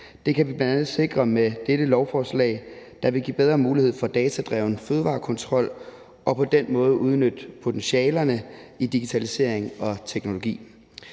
Det kan vi bl.a. sikre med dette lovforslag, der vil give bedre mulighed for datadreven fødevarekontrol og på den måde udnytte potentialerne i digitalisering og teknologi.